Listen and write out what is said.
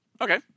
Okay